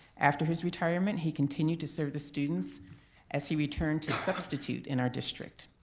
after his retirement he continued to serve the students as he returned to substitute in our district.